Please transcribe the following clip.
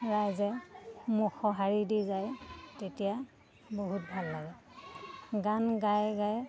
ৰাইজে মোক সঁহাৰি দি যায় তেতিয়া বহুত ভাল লাগে গান গাই গাই